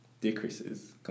decreases